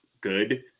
good